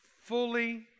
fully